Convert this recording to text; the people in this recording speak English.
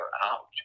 out